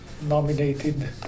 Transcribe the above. nominated